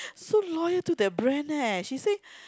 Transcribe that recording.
so loyal to that brand leh she say